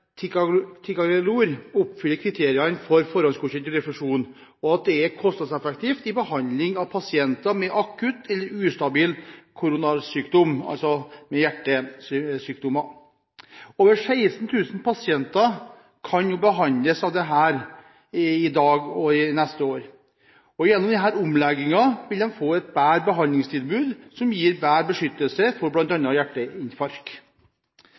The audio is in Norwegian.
oppfyller kriteriene for forhåndsgodkjent refusjon, og at det er kostnadseffektivt i behandling av pasienter med akutt eller ustabil koronarsykdom, altså hjertesykdom. Over 16 000 pasienter kan behandles av dette i dag og neste år. Gjennom denne omleggingen vil de få et bedre behandlingstilbud, som gir bedre beskyttelse